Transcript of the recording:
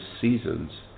seasons